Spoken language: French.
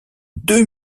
deux